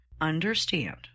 understand